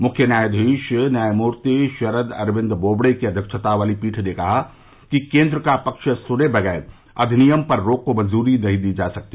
मुख्य न्यायधीश न्यायमूर्ति शरद अरविन्द बोबडे की अध्यक्षता वाली पीठ ने कहा कि केन्द्र का पक्ष सुने बगैर अधिनियम पर रोक को मंजूरी नहीं दी जा सकती